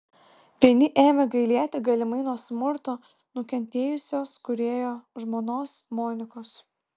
vieni ėmė gailėti galimai nuo smurto nukentėjusios kūrėjo žmonos monikos